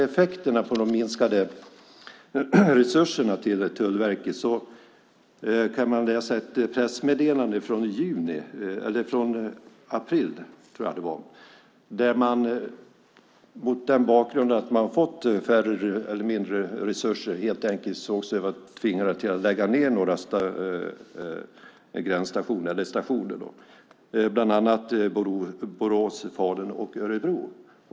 Effekterna av de minskade resurserna till Tullverket står att läsa om i ett pressmeddelande, från april, tror jag det var. Efter att man hade fått mindre resurser såg man sig helt enkelt tvingad att lägga ned några stationer, bland annat Borås, Falun och Örebro.